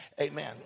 Amen